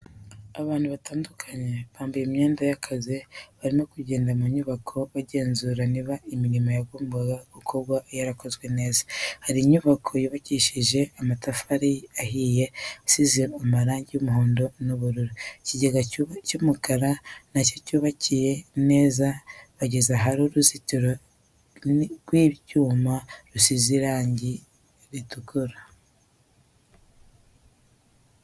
Abantu batandukanye bambaye imyenda y'akazi barimo kugenda mu nyubako bagenzura niba imirimo yagombaga gukorwa yarakozwe neza, hari inyubako yubakishije amatafari ahiye isize amarangi y'umuhondo n'ubururu, ikigega cy'umukara nacyo cyubakiye neza, bageze ahari uruzitiro rw'ibyuma rusize irangi ritukura.